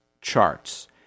charts